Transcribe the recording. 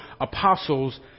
apostles